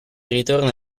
ritorna